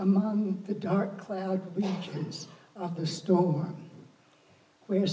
among the dark clouds of the store where